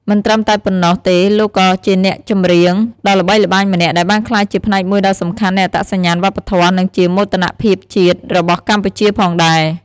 មិនត្រឹមតែប៉ុណ្ណោះទេលោកក៏ជាអ្នកចម្រៀងដ៏ល្បីល្បាញម្នាក់ដែលបានក្លាយជាផ្នែកមួយដ៏សំខាន់នៃអត្តសញ្ញាណវប្បធម៌ និងជាមោទនភាពជាតិរបស់កម្ពុជាផងដែរ ។